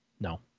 No